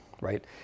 right